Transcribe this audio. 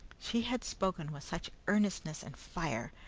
she had spoken with such earnestness and fire,